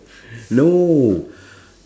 no